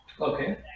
Okay